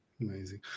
amazing